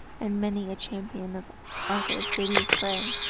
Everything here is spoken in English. and many a champion of arthur's did he slay.